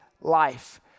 life